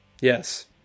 Yes